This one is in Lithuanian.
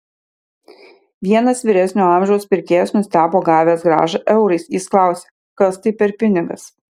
vienas vyresnio amžiaus pirkėjas nustebo gavęs grąžą eurais jis klausė kas tai per pinigas